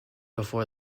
before